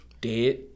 Dead